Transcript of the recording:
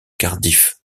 cardiff